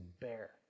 bear